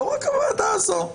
לא רק הוועדה הזו,